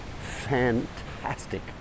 fantastic